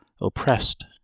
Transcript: oppressed